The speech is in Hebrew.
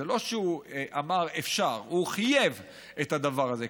זה לא שהוא אמר: אפשר, הוא חייב את הדבר הזה.